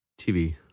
TV